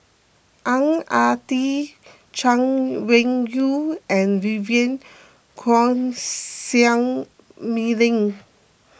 Ang Ah Tee Chay Weng Yew and Vivien Quahe Seah Mei Lin